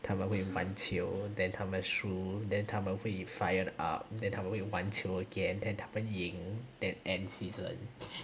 他们会玩球 then 他们输 then 他们会 fired up then 他们会有玩球 again then 他们赢 then end season